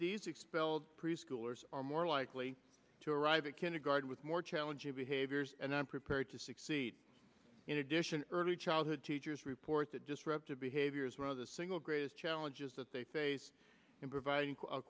six expelled preschoolers are more likely to arrive at kindergarten with more challenging behaviors and unprepared to succeed in addition early childhood teachers report that disruptive behavior is one of the single greatest challenges that they face in providing a